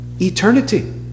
Eternity